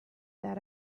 that